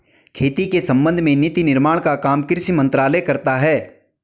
खेती के संबंध में नीति निर्माण का काम कृषि मंत्रालय करता है